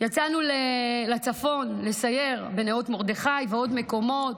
יצאנו לצפון, לסייר בנאות מרדכי ובעוד מקומות,